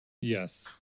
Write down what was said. yes